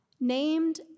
named